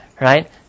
right